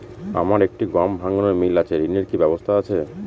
আমার একটি গম ভাঙানোর মিল আছে ঋণের কি ব্যবস্থা আছে?